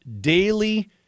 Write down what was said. daily